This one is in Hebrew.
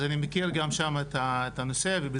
אז אני מכיר גם שם את הנושא,